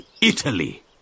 Italy